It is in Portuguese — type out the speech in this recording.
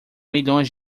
milhões